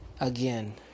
again